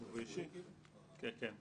כן.